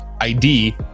ID